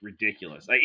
ridiculous